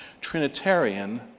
Trinitarian